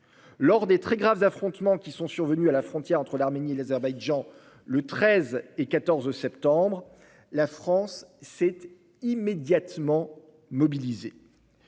Lors des très graves affrontements qui sont survenus à la frontière entre l'Arménie et l'Azerbaïdjan les 13 et 14 septembre, la France s'est immédiatement mobilisée.